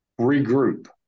regroup